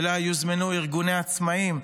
ואליה יוזמנו ארגוני העצמאים,